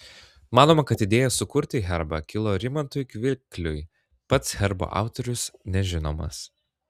manoma kad idėja sukurti herbą kilo rimantui kvikliui pats herbo autorius nežinomas